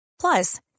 Plus